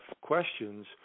questions